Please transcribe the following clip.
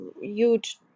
huge